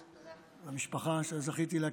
למשפחה שזכיתי להכיר לפני שנה,